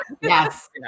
Yes